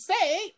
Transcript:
say